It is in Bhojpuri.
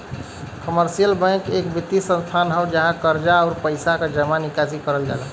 कमर्शियल बैंक एक वित्तीय संस्थान हौ जहाँ कर्जा, आउर पइसा क जमा निकासी करल जाला